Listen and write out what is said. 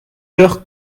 leur